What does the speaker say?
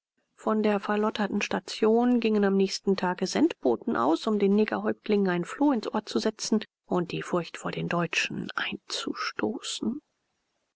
von der verlotterten station gingen am nächsten tage sendboten aus um den negerhäuptlingen einen floh ins ohr zu setzen und furcht vor den deutschen einzustoßen